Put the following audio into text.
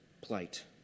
plight